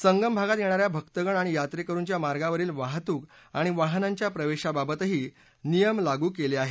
संगम भागात येणा या भक्तगण आणि यात्रेकरुच्या मार्गावरील वाहतूक आणि वाहनांच्या प्रवेशाबाबतही नियम लागू करण्यात आले आहेत